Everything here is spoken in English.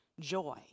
joy